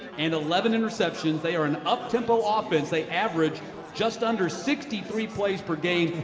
and eleven interceptions. they are an uptempo ah offense. they average just under sixty three plays per game.